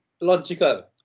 logical